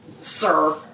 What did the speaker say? sir